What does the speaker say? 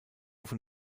von